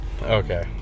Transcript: Okay